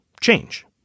change